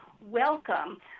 Welcome